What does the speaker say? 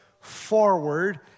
forward